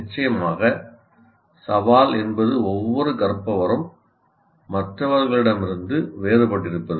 நிச்சயமாக சவால் என்பது ஒவ்வொரு கற்பவரும் மற்றவர்களிடமிருந்து வேறுபட்டிருப்பது